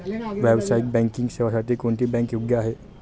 व्यावसायिक बँकिंग सेवांसाठी कोणती बँक योग्य आहे?